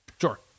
Sure